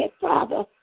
Father